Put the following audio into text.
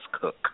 cook